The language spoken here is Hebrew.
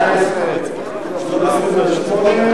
למעט סעיף,